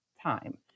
time